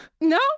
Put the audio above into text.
No